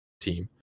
team